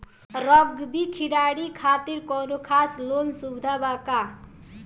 Rugby खिलाड़ी खातिर कौनो खास लोन सुविधा बा का?